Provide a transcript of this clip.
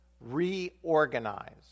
reorganize